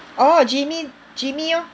orh Gimy Gimy orh